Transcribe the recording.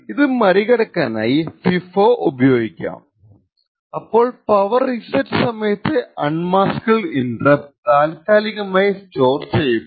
ഇത് മറികടക്കാനായി ഫിഫോ ഉപയോഗിക്കാംഅപ്പോൾ പവർ റീസെറ്റ് സമയത്തെ അൺമസ്കബിൾ ഇന്റെര്പ്റ് താത്കാലികമായി സ്റ്റോർ ചെയ്യപ്പെടും